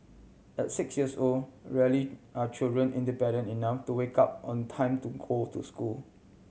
at six years old rarely are children independent enough to wake up on time to go to school